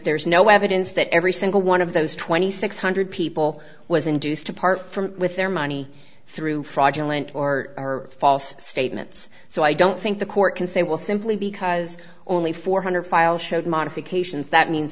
there's no evidence that every single one of those twenty six hundred people was induced to part from with their money through fraudulent or false statements so i don't think the court can say will simply because only four hundred files showed modifications that means